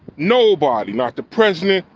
nobody, not the president.